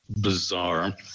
bizarre